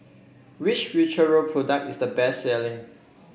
which Futuro product is the best selling